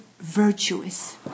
virtuous